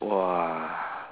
!wah!